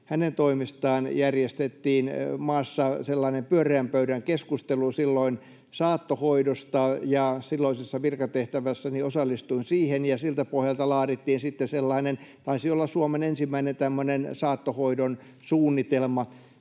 hänen toimestaan järjestettiin maassa sellainen pyöreän pöydän keskustelu saattohoidosta. Silloisessa virkatehtävässäni osallistuin siihen, ja siltä pohjalta laadittiin sitten — taisi olla Suomen ensimmäinen — tämmöinen saattohoidon suunnitelma.